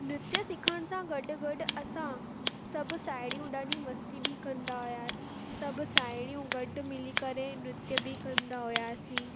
नृत्य सिखण सां गॾु गॾु असां सभु साहेड़ियूं ॾाढी मस्ती बि कंदा हुयासीं सभु साहेड़ियूं गॾु मिली करे नृत्य बि कंदा हुयासीं